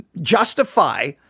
justify